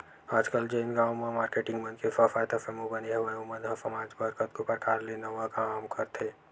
आजकल जेन गांव म मारकेटिंग मन के स्व सहायता समूह बने हवय ओ मन ह समाज बर कतको परकार ले नवा नवा काम करथे